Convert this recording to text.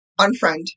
unfriend